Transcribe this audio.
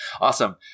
Awesome